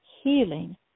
healing